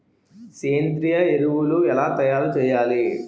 సేంద్రీయ ఎరువులు ఎలా తయారు చేయాలి?